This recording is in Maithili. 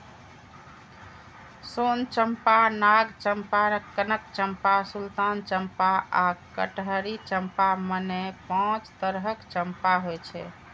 सोन चंपा, नाग चंपा, कनक चंपा, सुल्तान चंपा आ कटहरी चंपा, मने पांच तरहक चंपा होइ छै